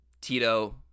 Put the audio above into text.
Tito